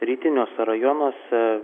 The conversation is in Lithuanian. rytiniuose rajonuose